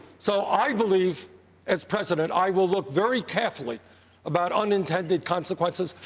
so i believe as president i will look very carefully about unintended consequences.